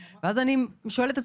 ואז אני שואלת את עצמי: